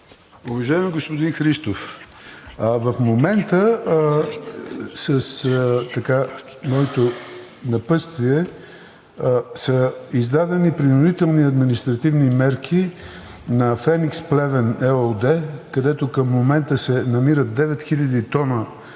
Уважаеми господин Христов, в момента с моето напътствие са издадени принудителни административни мерки на „Феникс Плевен“ ЕООД, където към момента се намират 9000 т